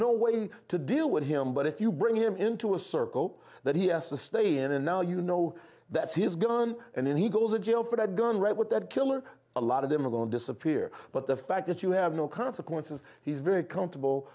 no way to deal with him but if you bring him into a circle that he has to stay in and now you know that's he's gone and he goes to jail for that gun right with that killer a lot of them are going to disappear but the fact that you have no consequences he's very comfortable